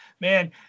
Man